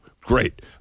great